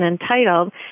entitled